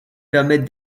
permettent